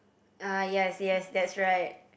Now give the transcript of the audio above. ah yes yes that's right